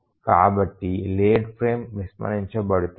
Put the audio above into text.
కాబట్టి late frame విస్మరించబడుతుంది